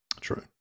True